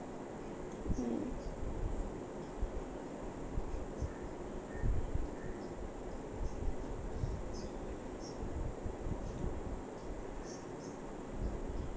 mm